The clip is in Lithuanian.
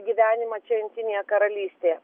gyvenimą čia jungtinėje karalystėje